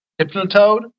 Hypnotoad